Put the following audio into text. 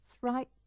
right